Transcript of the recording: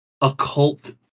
occult